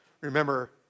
Remember